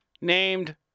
Named